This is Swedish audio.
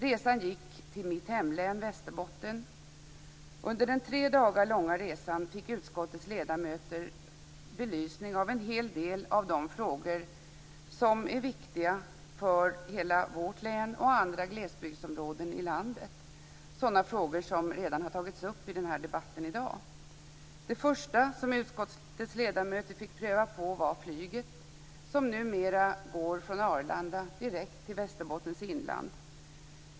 Resan gick till mitt hemlän Västerbotten. Under den tre dagar långa resan fick utskottets ledamöter belysning av en hel del av de frågor som är viktiga för hela vårt län och andra glesbygdsområden i landet, sådana frågor som redan har tagits upp i debatten i dag. Det första som utskottets ledamöter fick pröva på var flyget, som numera går från Arlanda direkt till Västerbottens inland.